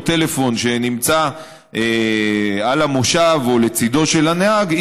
טלפון שנמצא על המושב או לצידו של הנהג,